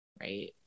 right